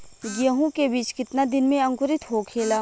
गेहूँ के बिज कितना दिन में अंकुरित होखेला?